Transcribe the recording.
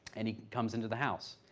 and he comes into the house,